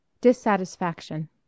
Dissatisfaction